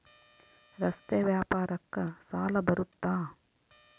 ರಸ್ತೆ ವ್ಯಾಪಾರಕ್ಕ ಸಾಲ ಬರುತ್ತಾ?